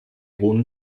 hohen